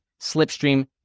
Slipstream